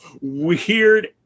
weird